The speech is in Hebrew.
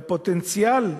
והפוטנציאל,